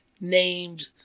named